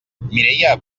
mireia